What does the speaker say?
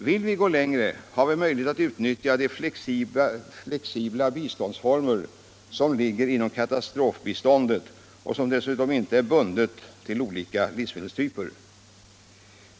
Vill vi gå längre har vi möjlighet att utnyttja de flexibla biståndsformer som ligger inom katastrofbiståndet, vilket dessutom inte är bundet till olika livsmedelstyper.